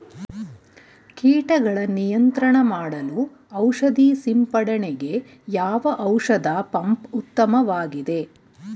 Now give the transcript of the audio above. ಕೀಟಗಳ ನಿಯಂತ್ರಣ ಮಾಡಲು ಔಷಧಿ ಸಿಂಪಡಣೆಗೆ ಯಾವ ಔಷಧ ಪಂಪ್ ಉತ್ತಮವಾಗಿದೆ?